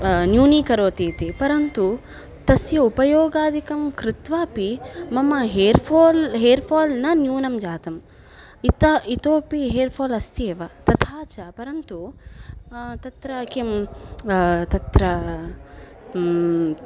न्यूनीकरोति इति परन्तु तस्य उपयोगादिकं कृत्वापि मम हेर्फाल् हेर्फाल् न न्यूनं जातम् इता इतोपि हेर्फाल् अस्ति एव तथा च परन्तु तत्र किं तत्र